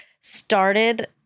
started